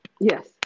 Yes